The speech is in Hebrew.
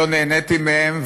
לא נהניתי מהם,